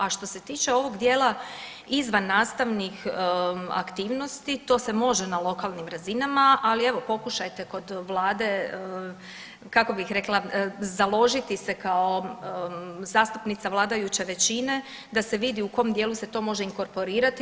A što se tiče ovog dijela izvannastavnih aktivnosti, to se može na lokalnim razinama, ali evo pokušajte kod Vlade, kako bih rekla, založiti se kao zastupnica vladajuće većine da se vidi u kom dijelu se to može inkorporirati.